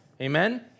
Amen